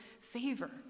favor